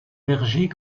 verger